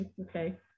okay